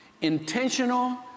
Intentional